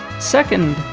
second,